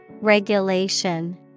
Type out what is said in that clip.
Regulation